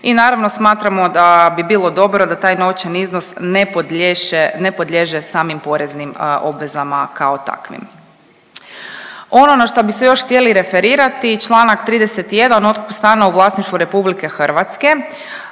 I naravno smatramo da bi bilo dobro da taj novčani iznos ne podliježe, ne podliježe samim poreznim obvezama kao takvim. Ono na šta bi se još htjeli referirati, čl. 31. otkup stana u vlasništvu RH. Pa